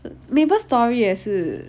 maple story 也是